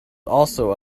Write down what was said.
also